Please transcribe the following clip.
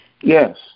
Yes